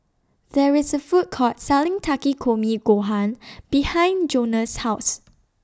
There IS A Food Court Selling Takikomi Gohan behind Jonas' House